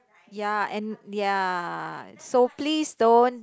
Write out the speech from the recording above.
ya and ya so please don't